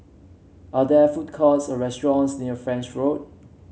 are there food courts or restaurants near French Road